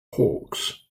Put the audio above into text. hawks